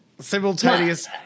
Simultaneous